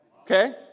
Okay